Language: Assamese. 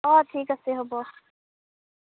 অঁ ঠিক আছে হ'ব